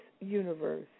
universe